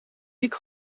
ziek